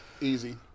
easy